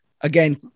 again